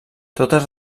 totes